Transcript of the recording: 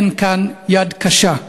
אין כאן יד קשה.